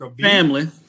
Family